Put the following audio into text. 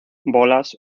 bolas